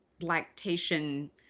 lactation